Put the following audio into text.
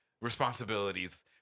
responsibilities